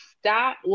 stop